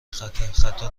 خطا